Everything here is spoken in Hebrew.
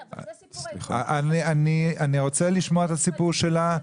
--- אני רוצה לשמוע את הסיפור שלה.